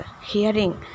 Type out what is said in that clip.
hearing